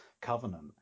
covenant